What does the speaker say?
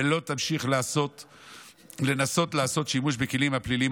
ולא תמשיך לנסות לעשות שימוש בכלים הפליליים